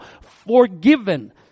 forgiven